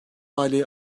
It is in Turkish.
aileyi